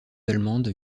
allemandes